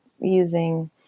using